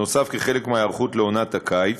נוסף על כך, כחלק מההיערכות לעונת הקיץ,